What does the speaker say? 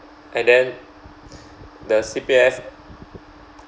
and then the C_P_F